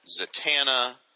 Zatanna